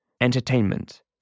entertainment